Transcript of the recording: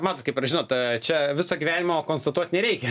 matot kaip yra žinot čia viso gyvenimo konsultuot nereikia